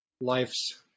life's